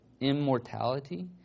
immortality